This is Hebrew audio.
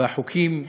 והחוקים,